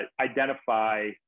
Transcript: identify